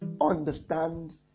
understand